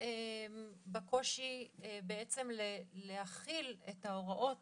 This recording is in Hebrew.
וגם בקושי בעצם להחיל את ההוראות